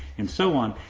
and so on.